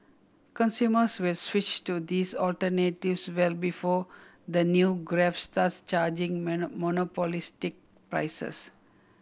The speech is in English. consumers with switch to these alternatives well before the new Grab starts charging monopolistic prices